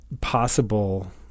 possible